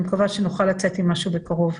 אני מקווה שנוכל לצאת עם משהו בקרוב.